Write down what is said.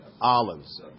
olives